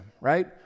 right